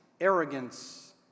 arrogance